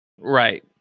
right